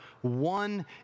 one